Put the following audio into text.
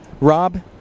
Rob